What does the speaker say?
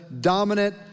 dominant